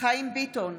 חיים ביטון,